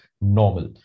normal